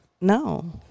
No